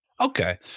Okay